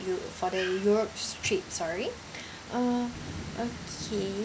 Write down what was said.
eu~ for the europe s~ trip sorry uh okay